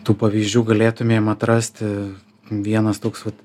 tų pavyzdžių galėtumėm atrasti vienas toks vat